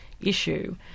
issue